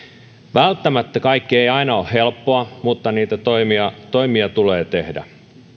välttämättä kaikki ei aina ole helppoa mutta niitä toimia toimia tulee tehdä